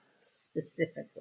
specifically